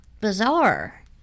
bizarre